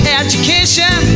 education